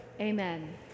Amen